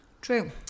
True